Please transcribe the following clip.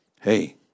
hey